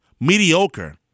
mediocre